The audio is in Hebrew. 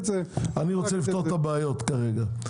רוצה לפתור את הבעיות כרגע.